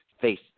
face